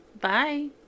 Bye